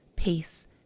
peace